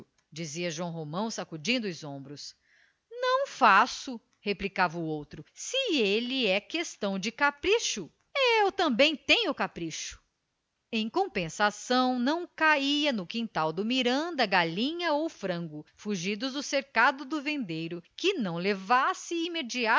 dizia o joão romão sacudindo os ombros não faço replicava o outro se ele é questão de capricho eu também tenho capricho em compensação não caia no quintal do miranda galinha ou frango fugidos do cercado do vendeiro que não levasse